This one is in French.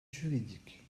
juridique